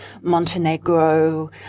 Montenegro